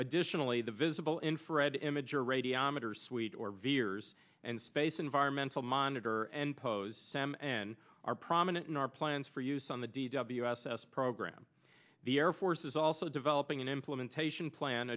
additionally the visible infrared image or radiometers suite or veers and space environmental monitor and pose sam and are prominent in our plans for use on the d w s s program the air force is also developing an implementation plan